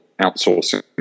outsourcing